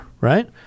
Right